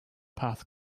path